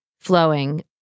flowing